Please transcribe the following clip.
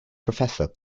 professor